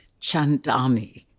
Chandani